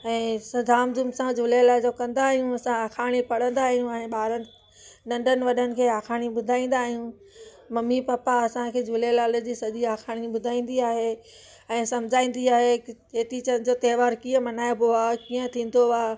ऐं धामधूम सां झूलेलाल जो कंदा आहियूं असां आखाणी पढ़ंदा आहियूं ऐं ॿार नंढनि वॾनि खे आखाणी ॿुधाईंदा आहियूं ममी पपा असांखे झूलेलाल जी सॼी आखाणी ॿुधाईंदी आहे ऐं सम्झाईंदी आहे की चेटीचंड जो त्योहार कीअं मल्हाइबो आहे कीअं थींदो आहे